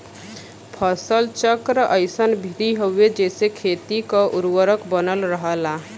फसल चक्र अइसन विधि हउवे जेसे खेती क उर्वरक बनल रहला